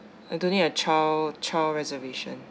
I don't need a child child reservation